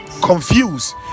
confused